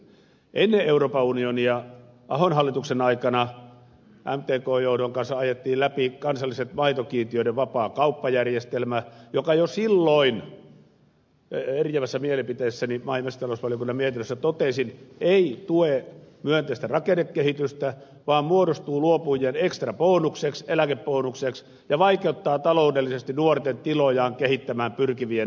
ennen euroopan unionia ahon hallituksen aikana mtkn johdon kanssa ajettiin läpi kansallinen maitokiintiöiden vapaa kauppajärjestelmä josta jo silloin eriävässä mielipiteessäni maa ja metsätalousvaliokunnan mietinnössä totesin että se ei tue myönteistä rakennekehitystä vaan muodostuu luopujien ekstrabonukseksi eläkebonukseksi ja vaikeuttaa taloudellisesti tilojaan kehittämään pyrkivien nuorten tilannetta